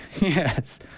Yes